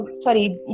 sorry